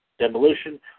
Demolition